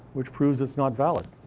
which proves it's not valid.